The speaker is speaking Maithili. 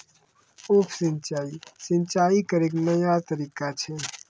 उप सिंचाई, सिंचाई करै के नया तरीका छै